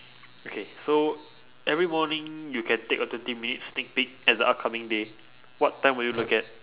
okay so every morning you can take a twenty minutes sneak peek at the upcoming day what time will you look at